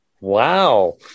Wow